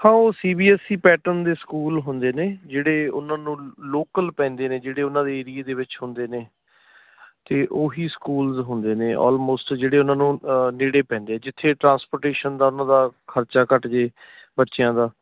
ਹਾਂ ਉਹ CBSE pattern ਦੇ ਸਕੂਲ ਹੁੰਦੇ ਨੇ ਜਿਹੜੇ ਉਹਨਾਂ ਨੂੰ ਲੋਕਲ ਪੈਂਦੇ ਨੇ ਜਿਹੜੇ ਉਹਨਾਂ ਦੇ ਏਰੀਏ ਦੇ ਵਿੱਚ ਹੁੰਦੇ ਨੇ ਅਤੇ ਉਹ ਹੀ ਸਕੂਲ ਹੁੰਦੇ ਨੇ ਆਲਮੋਸਟ ਜਿਹੜੇ ਉਹਨਾਂ ਨੂੰ ਨੇੜੇ ਪੈਂਦੇ ਆ ਜਿੱਥੇ ਟ੍ਰਾਂਸਪੋਰਟੇਸ਼ਨ ਦਾ ਉਹਨਾਂ ਦਾ ਖਰਚਾ ਘੱਟ ਜਾਏ ਬੱਚਿਆਂ ਦਾ